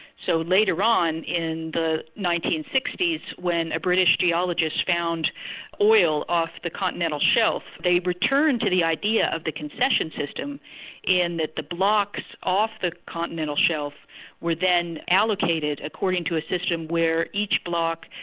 so later on, in the nineteen sixty when a british geologist found oil off the continental shelf, they returned to the idea of the concession system in that the blocks off this continental shelf were then allocated according to a system where each bloc,